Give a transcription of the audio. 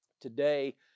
Today